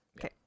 okay